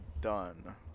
done